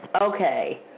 Okay